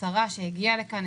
השרה שהגיעה לכאן,